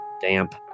damp